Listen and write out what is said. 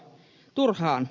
turhaan